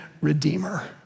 Redeemer